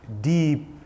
deep